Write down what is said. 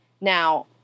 Now